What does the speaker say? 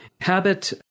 Habit